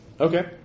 Okay